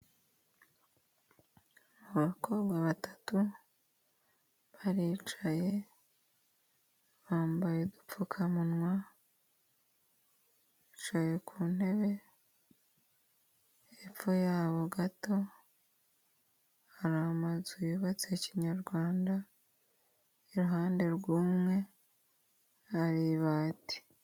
Abakobwa batatu baricaye bambaye udupfukamunwa bicaye ku ntebe hepfo yabo gato hari amazu yubatse kinyarwanda iruhande rw'umwe hari ibati.